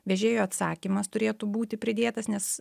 vežėjo atsakymas turėtų būti pridėtas nes